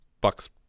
Buck's